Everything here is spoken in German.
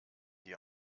die